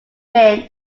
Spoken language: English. win